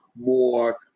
more